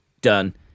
done